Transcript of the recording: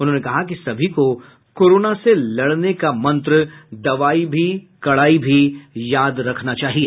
उन्होंने कहा कि सभी को कोरोना से लड़ने का मंत्र दवाई भी कड़ाई भी याद रखना चाहिए